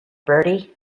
bertie